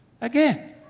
again